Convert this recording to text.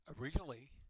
originally